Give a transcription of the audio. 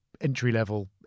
entry-level